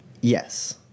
Yes